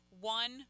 one